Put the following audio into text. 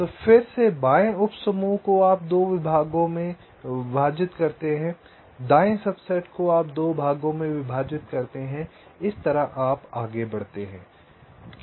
तो फिर से बाएं उपसमूह को आप 2 भागों में विभाजित करते हैं दाएं सबसेट को आप 2 भागों में विभाजित करते हैं इस तरह से आप आगे बढ़ते हैं